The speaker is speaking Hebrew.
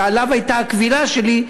שעליו הייתה הקבילה שלי,